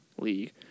league